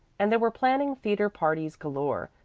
and they were planning theatre parties galore,